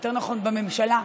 יותר נכון בממשלה,